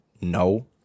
No